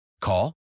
Call